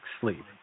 sleep